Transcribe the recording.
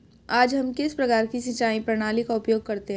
आज हम किस प्रकार की सिंचाई प्रणाली का उपयोग करते हैं?